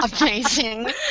Amazing